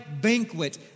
banquet